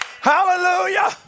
Hallelujah